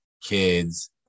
kids